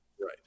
Right